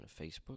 Facebook